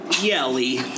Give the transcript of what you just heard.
yelly